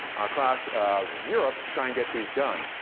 across europe to try and get these done.